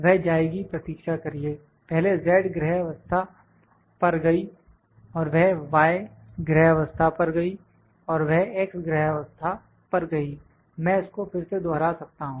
वह जाएगी प्रतीक्षा करिए पहले z ग्रह अवस्था पर गई और वह y ग्रह अवस्था पर गई और वह x ग्रह अवस्था पर गई मैं इसको फिर से दोहरा सकता हूं